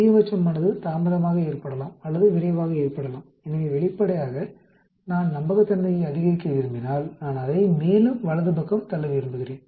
அதிகபட்சமானது தாமதமாக ஏற்படலாம் அல்லது விரைவாக ஏற்படலாம் எனவே வெளிப்படையாக நான் நம்பகத்தன்மையை அதிகரிக்க விரும்பினால் நான் அதை மேலும் வலது பக்கம் தள்ள விரும்புகிறேன்